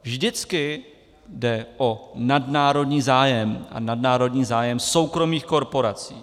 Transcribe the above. Vždycky jde o nadnárodní zájem, nadnárodní zájem soukromých korporací.